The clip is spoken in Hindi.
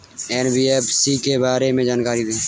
एन.बी.एफ.सी के बारे में जानकारी दें?